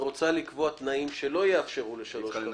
רוצה לקבוע תנאים שלא יאפשרו לשלוש חברות,